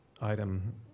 item